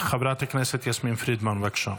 חברת הכנסת יסמין פרידמן, בבקשה,